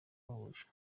yabahuje